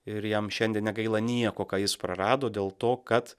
ir jam šiandien negaila nieko ką jis prarado dėl to kad